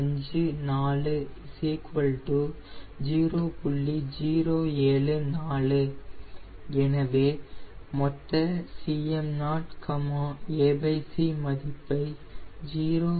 074 எனவே மொத்த Cm0ac மதிப்பை 0